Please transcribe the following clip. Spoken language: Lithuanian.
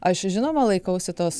aš žinoma laikausi tos